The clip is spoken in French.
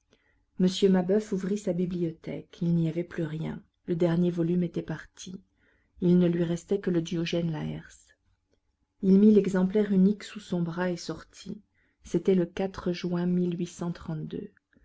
m mabeuf ouvrit sa bibliothèque il n'y avait plus rien le dernier volume était parti il ne lui restait que le diogène laërce il mit l'exemplaire unique sous son bras et sortit c'était le juin